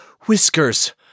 Whiskers